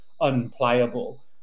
unplayable